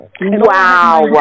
Wow